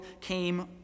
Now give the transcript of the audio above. came